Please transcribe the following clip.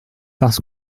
parce